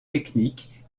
technique